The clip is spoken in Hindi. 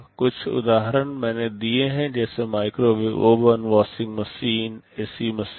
कुछ उदाहरण मैंने दिए हैं जैसे microwave oven washing machine AC machine